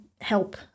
help